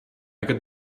got